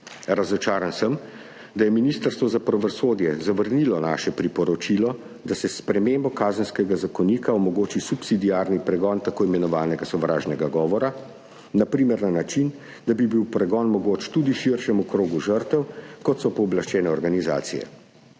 Razočaran sem, da je Ministrstvo za pravosodje zavrnilo naše priporočilo, da se s spremembo Kazenskega zakonika omogoči subsidiarni pregon tako imenovanega sovražnega govora, na primer na način, da bi bil pregon mogoč tudi širšemu krogu žrtev, kot so pooblaščene organizacije.